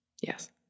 Yes